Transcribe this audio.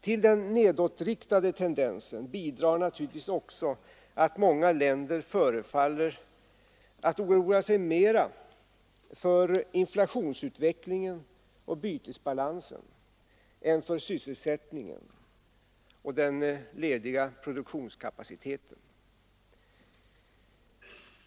Till den nedåtriktade tendensen bidrar naturligtvis också att många länder förefaller att oroa sig mer för inflationsutvecklingen och bytesbalansen än för sysselsättningen och den lediga produktionskapaciteten.